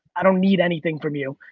i don't need anything from you.